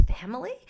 family